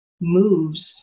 moves